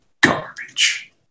garbage